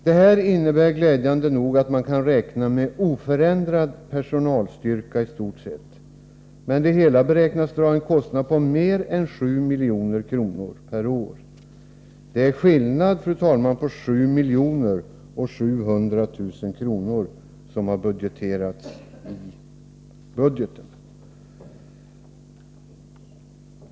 Detta innebär glädjande nog att man kan räkna med istort sett oförändrad personalstyrka, men det hela beräknas dra en kostnad på mer än 7 milj.kr. per år. Det är skillnad, fru talman, på 7 milj.kr. och 700 000 kr., som har budgeterats.